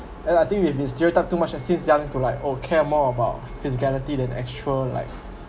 and I think if interior touch too much uh since young to like oh care more about physicality than actual like